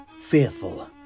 fearful